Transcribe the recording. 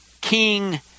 King